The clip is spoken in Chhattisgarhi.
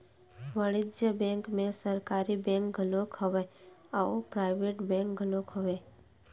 वाणिज्य बेंक म सरकारी बेंक घलोक हवय अउ पराइवेट बेंक घलोक हवय